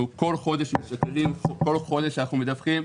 בכל חודש אנחנו משקללים ואנחנו מדווחים.